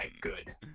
Good